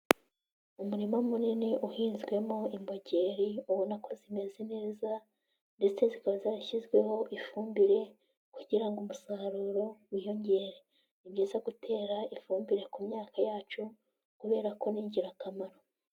Umurima munini uhinzwemo imbogeri ubona ko zimeze neza ndetse zikaba zarashyizweho ifumbire kugira ngo umusaruro wiyongere, ni byiza gutera ifumbire ku myaka yacu kubera ko ni ingirakamaro.